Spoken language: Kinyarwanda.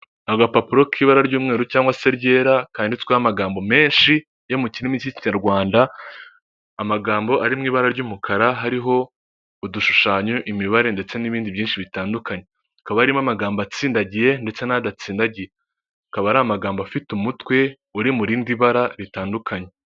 Agapapuro k'ibara ry'umweru cyangwa se ryera kanditsweho amagambo menshi yo mu kirimi cy'ikinyarwanda, amagambo ari mu ibara ry'umukara hariho udushushanyo, imibare ndetse n'ibindi byinshi bitandukanye, hakaba harimo amagambo atsindagiye ndetse n'agatsindagiye, akaba ari amagambo afite umutwe uri mu rindi bara ritandukanye.